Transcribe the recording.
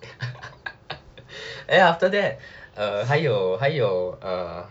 then after that err 还有还有 err